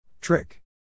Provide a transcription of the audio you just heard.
Trick